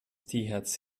thc